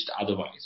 otherwise